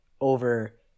over